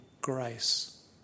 grace